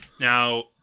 Now